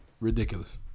Ridiculous